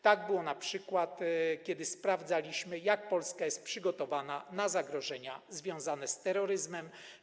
Tak było np. wtedy, kiedy sprawdzaliśmy, jak Polska jest przygotowana na zagrożenia związane z terroryzmem.